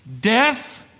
Death